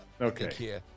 Okay